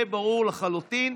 זה ברור לחלוטין.